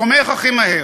צומח הכי מהר.